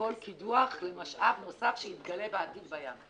כל קידוח למשאב נוסף שיתגלה בעתיד בים?